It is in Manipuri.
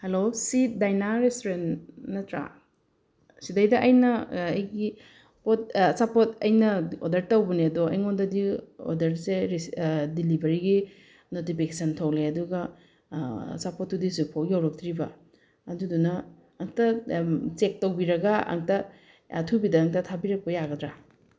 ꯍꯜꯂꯣ ꯁꯤ ꯗꯥꯏꯅꯥ ꯔꯦꯁꯇꯨꯔꯦꯟ ꯅꯠꯇ꯭ꯔꯥ ꯁꯤꯗꯩꯗ ꯑꯩꯅ ꯑꯩꯒꯤ ꯄꯣꯠ ꯑꯆꯥꯄꯣꯠ ꯑꯩꯅ ꯑꯣꯔꯗꯔ ꯇꯧꯕꯅꯦ ꯑꯗꯣ ꯑꯩꯉꯣꯟꯗꯗꯤ ꯑꯣꯔꯗꯔꯁꯦ ꯗꯤꯂꯤꯕꯔꯤꯒꯤ ꯅꯣꯇꯤꯐꯤꯀꯦꯁꯟ ꯊꯣꯛꯂꯛꯑꯦ ꯑꯗꯨꯒ ꯑꯆꯥꯄꯣꯠꯇꯨꯗꯤ ꯍꯧꯖꯤꯛꯐꯥꯎ ꯌꯧꯔꯛꯇ꯭ꯔꯤꯕ ꯑꯗꯨꯗꯨꯅ ꯑꯃꯨꯀꯇ ꯆꯦꯛ ꯇꯧꯕꯤꯔꯒ ꯑꯃꯨꯛꯇ ꯑꯊꯨꯕꯤꯗ ꯑꯝꯇ ꯊꯥꯕꯤꯔꯛꯄ ꯌꯥꯒꯗ꯭ꯔ